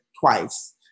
twice